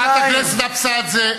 חברת הכנסת אבסדזה.